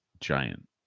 giant